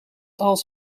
als